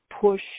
push